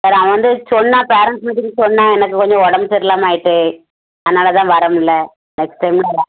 sir அவன் வந்து சொன்னான் பேரெண்ட்ஸ் மீட்டிங் சொன்னான் எனக்கு கொஞ்சம் உடம்பு சரியில்லாம ஆயிட்டு அதனால் தான் வரமுடியல நெக்ஸ்ட் டைம் வரேன்